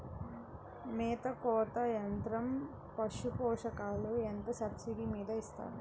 మేత కోత యంత్రం పశుపోషకాలకు ఎంత సబ్సిడీ మీద ఇస్తారు?